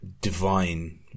divine